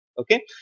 okay